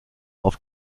auf